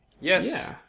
Yes